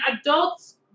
adults